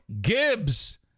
Gibbs